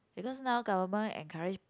because now government encourage